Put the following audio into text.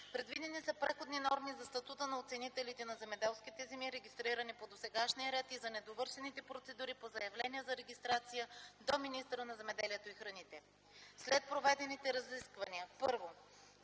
Предвидени са преходни норми за статута на оценителите на земеделските земи, регистрирани по досегашния ред и за недовършените процедури по заявления за регистрация до министъра на земеделието и храните. След проведените разисквания: 1.